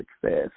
success